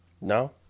No